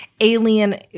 alien